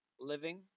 living